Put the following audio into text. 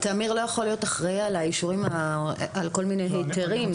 תמיר לא יכול להיות אחראי על כל מיני היתרים,